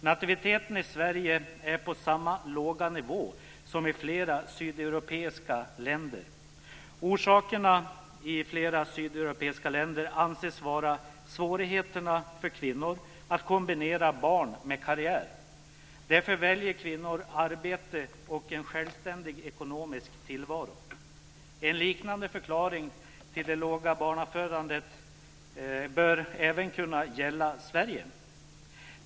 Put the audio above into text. Nativiteten i Sverige är på samma låga nivå som i flera sydeuropeiska länder. Orsakerna i de länderna anses vara svårigheterna för kvinnor att kombinera barn med karriär. Därför väljer kvinnor arbete och en självständig ekonomisk tillvaro. En liknande förklaring till det låga barnafödandet bör även kunna gälla Sverige.